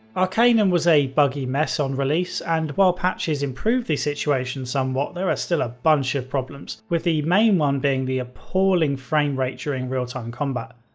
arcanum was a buggy mess on release, and while patches improved the situation somewhat, there are still a bunch of problems, with the main one being the appalling frame rate during real time combat.